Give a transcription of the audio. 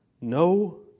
no